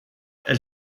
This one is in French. elle